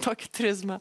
tokį turizmą